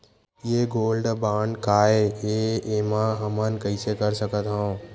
ये gold bond काय ए एमा हमन कइसे कर सकत हव?